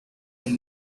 and